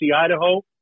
Idaho